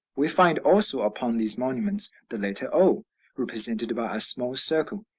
we find also upon these monuments the letter o represented by a small circle,